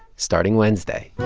starting wednesday